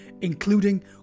including